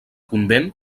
convent